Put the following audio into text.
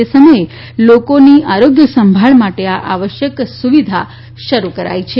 તે સમયે લોકોથી આરોગ્ય સંભાળ માટે આ આવશ્યક સુવિધા શરૂ કરાઈ છે